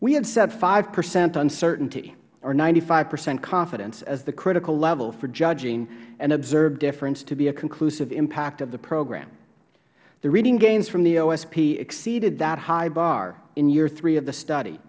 we had set five percent uncertainty or ninety five percent confidence as the critical level for judging an observed difference to be a conclusive impact of the program the reading gains from the osp exceeded that high bar in year three of the study